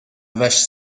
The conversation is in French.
vache